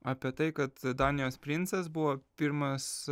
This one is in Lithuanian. apie tai kad danijos princas buvo pirmas